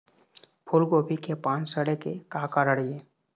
फूलगोभी के पान सड़े के का कारण ये?